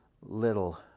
little